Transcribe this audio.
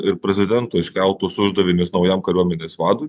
ir prezidento iškeltus uždavinius naujam kariuomenės vadui